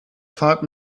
fahrt